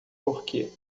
porque